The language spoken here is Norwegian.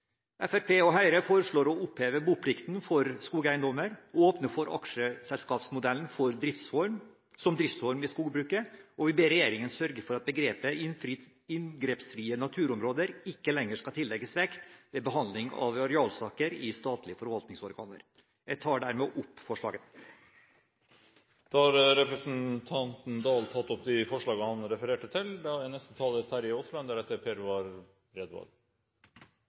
Fremskrittspartiet og Høyre foreslår å oppheve boplikten for skogeiendommer, åpne for aksjeselskapsmodellen som driftsform i skogbruket, og vi ber regjeringen sørge for at begrepet «inngrepsfrie naturområder» ikke lenger skal tillegges vekt ved behandling av arealsaker i statlige forvaltningsorganer. Jeg tar opp forslagene fra Fremskrittspartiet, Høyre og Kristelig Folkeparti. Representanten Torgeir Dahl har tatt opp de forslagene han refererte til. Det er